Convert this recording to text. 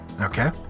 Okay